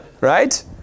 Right